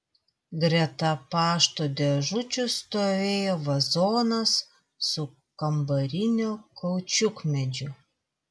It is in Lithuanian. greta pašto dėžučių stovėjo vazonas su kambariniu kaučiukmedžiu